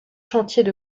chantiers